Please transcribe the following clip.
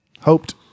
hoped